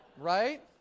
Right